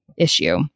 issue